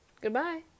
Goodbye